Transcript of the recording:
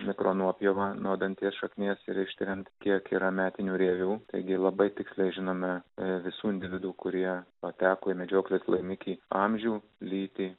mikro nuopjovą nuo danties šaknies ir ištiriant kiek yra metinių rievių taigi labai tiksliai žinome visų individų kurie pateko į medžioklės laimikį amžių lytį